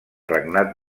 regnat